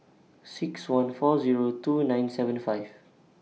six one four Zero two nine seventy five